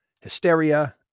hysteria